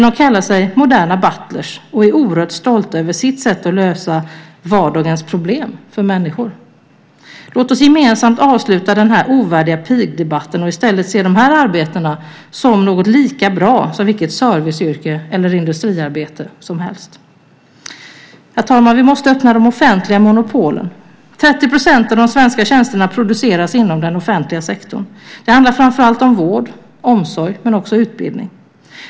De kallar sig moderna butler och är oerhört stolta över sitt sätt att lösa vardagens problem åt människor. Låt oss gemensamt avsluta den ovärdiga pigdebatten och i stället se de här arbetena som något lika bra som vilket serviceyrke eller industriarbete som helst. Herr talman! Vi måste öppna de offentliga monopolen. 30 % av de svenska tjänsterna produceras inom den offentliga sektorn. Det handlar framför allt om vård och omsorg men också om utbildning.